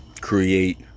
Create